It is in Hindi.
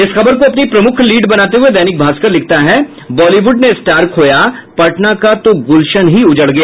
इस खबर को अपनी प्रमुख लीड बनाते हुये दैनिक भास्कर लिखता है बॉलीवुड ने स्टार खोया पटना का तो गुलशन ही उजड़ गया